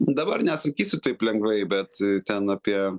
dabar neatsakysiu taip lengvai bet ten apie